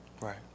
Right